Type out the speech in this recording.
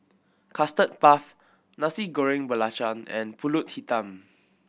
Custard Puff Nasi Goreng Belacan and Pulut Hitam